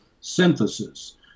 synthesis